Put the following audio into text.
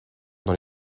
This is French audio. dans